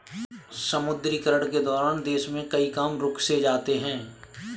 विमुद्रीकरण के दौरान देश में कई काम रुक से जाते हैं